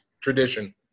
tradition